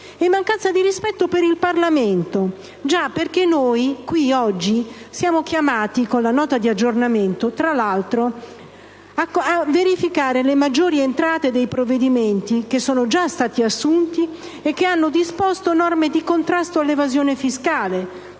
e mancanza di rispetto per il Parlamento. Già, perché noi qui oggi siamo chiamati con la Nota di aggiornamento, tra l'altro, a verificare le maggiori entrate dei provvedimenti che sono già stati assunti e che hanno disposto norme di contrasto all'evasione fiscale,